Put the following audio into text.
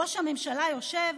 ראש הממשלה יושב